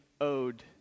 owed